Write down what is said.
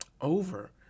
over